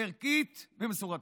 ערכית ומסורתית.